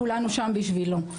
כולנו שם בשבילו.